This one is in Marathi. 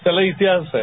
त्याला इतिहास आहे